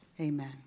amen